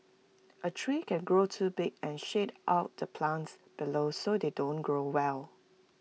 A tree can grow too big and shade out the plants below so they don't grow well